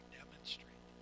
demonstrate